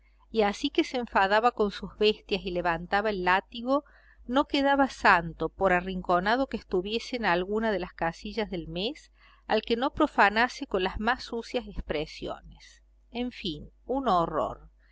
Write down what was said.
y así que se enfadaba con sus bestias y levantaba el látigo no quedaba santo por arrinconado que estuviese en alguna de las casillas del mes al que no profanase con las más sucias expresiones en fin un horror